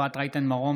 אפרת רייטן מרום,